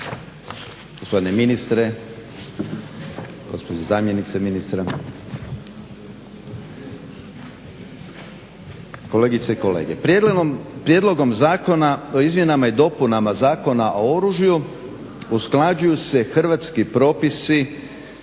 gospodine ministre, gospođo zamjenice ministra, kolegice i kolege. Prijedlogom zakona o izmjenama i dopunama Zakona o oružju usklađuju se hrvatski propisi